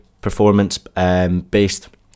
performance-based